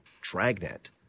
dragnet